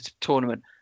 tournament